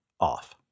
Off